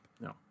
No